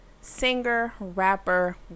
singer-rapper